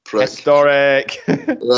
historic